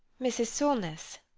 mrs. solness.